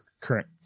current